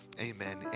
Amen